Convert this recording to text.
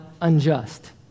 unjust